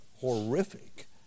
horrific